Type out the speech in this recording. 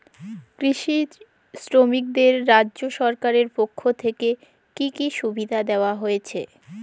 কৃষি শ্রমিকদের রাজ্য সরকারের পক্ষ থেকে কি কি সুবিধা দেওয়া হয়েছে?